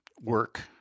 work